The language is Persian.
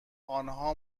آنها